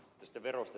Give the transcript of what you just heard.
tästä verosta